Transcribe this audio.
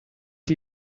die